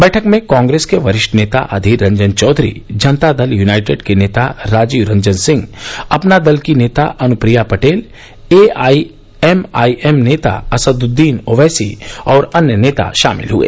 बैठक में कांग्रेस के वरिष्ठ नेता अधीर रंजन चौधरी जनता दल यूनाईटेड के नेता राजीव रंजन सिंह अपना दल की नेता अनुप्रिया पटेल एआईएमआईएम नेता असद्ददीन ओवैसी और अन्य नेता शामिल हुए